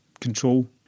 control